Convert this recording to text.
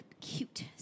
cute